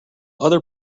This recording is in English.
other